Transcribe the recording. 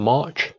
March